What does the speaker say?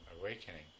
awakening